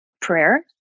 prayer